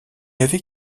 avait